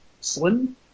slim